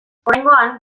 oraingoan